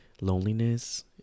loneliness